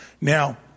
Now